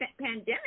pandemic